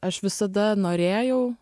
aš visada norėjau